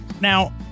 Now